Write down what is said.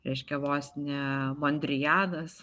reiškia vos ne mondrijanas